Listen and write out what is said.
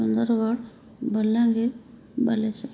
Sundargarh Balangir Balasore